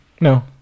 no